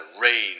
rain